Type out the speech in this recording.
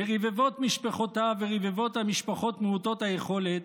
על רבבות משפחותיו ורבבות המשפחות מעוטות היכולת,